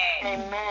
Amen